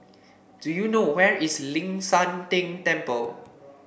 do you know where is Ling San Teng Temple